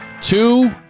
two